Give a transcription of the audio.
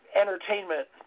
entertainment